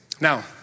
Now